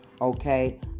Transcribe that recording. okay